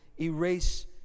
erase